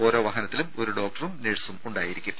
ഓരോ വാഹനത്തിലും ഒരു ഡോക്ടറും നഴ്സും ഉണ്ടായിരിക്കും